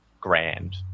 grand